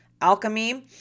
alchemy